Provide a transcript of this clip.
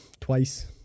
twice